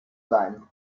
sein